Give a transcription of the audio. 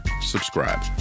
subscribe